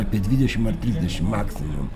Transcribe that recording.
apie dvidešimt ar trisdešimt maksimum